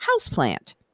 Houseplant